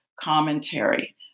commentary